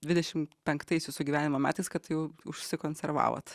dvidešimt penktais jūsų gyvenimo metais kad jau užsikonservavot